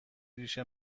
ریش